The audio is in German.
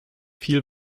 viel